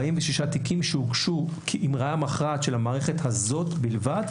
46 תיקים שהוגשו עם ראיה מכרעת של המערכת הזאת בלבד,